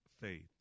faith